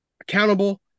accountable